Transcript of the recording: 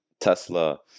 Tesla